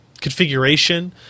configuration